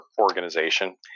organization